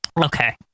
Okay